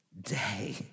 day